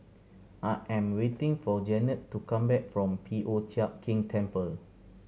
I am waiting for Jannette to come back from P O Chiak Keng Temple